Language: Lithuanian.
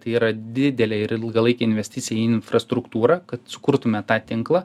tai yra didelė ir ilgalaikė investicija į infrastruktūrą kad sukurtume tą tinklą